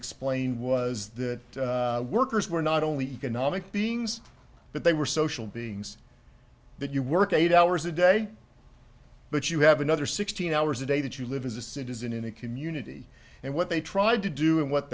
explained was that workers were not only economic beings but they were social beings that you work eight hours a day but you have another sixteen hours a day that you live as a citizen in a community and what they tried to do and what